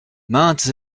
maintes